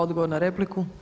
Odgovor na repliku.